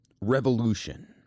revolution